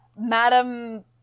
Madam